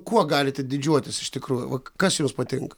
kuo galite didžiuotis iš tikrųjų va kas jums patinka